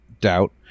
doubt